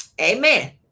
amen